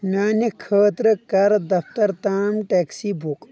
میانہِ خٲطرٕ کر دفتر تام ٹیکسی بُک